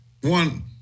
one